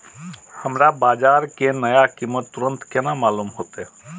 हमरा बाजार के नया कीमत तुरंत केना मालूम होते?